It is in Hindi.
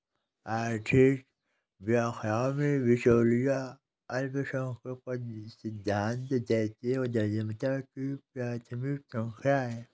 आर्थिक व्याख्याओं में, बिचौलिया अल्पसंख्यक सिद्धांत जातीय उद्यमिता की प्राथमिक व्याख्या है